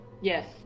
Yes